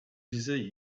disaient